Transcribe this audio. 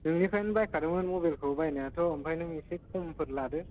नोंनिफ्रायनो बायखादोंमोन मबेलखौ बायनायाथ' ओमफ्राय नों एसे खमफोर लादो